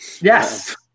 Yes